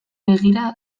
begira